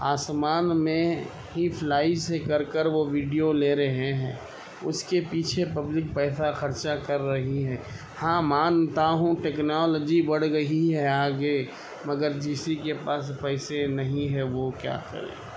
آسمان میں سے کر کر وہ ویڈیو لے رہے ہیں اس کے پیچھے پبلک پیسہ خرچہ کر رہی ہے ہاں مانتا ہوں ٹکنالوجی بڑھ گئی ہے آگے مگر جس کے پاس پیسے نہیں ہیں وہ کیا کرے